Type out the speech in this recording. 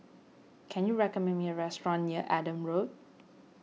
can you recommend me a restaurant near Adam Road